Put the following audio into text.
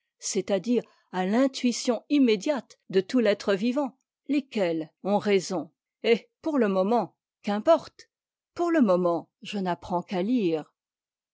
c'est-à-dire à l'intuition immédiate de tout l'être vivant lesquels ont raison eh pour le moment qu'importe pour le moment je n'apprends qu'à lire